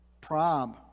Prom